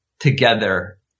together